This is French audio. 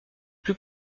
plus